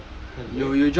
can [what]